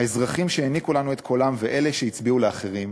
האזרחים שהעניקו לנו את קולם ואלה שהצביעו לאחרים,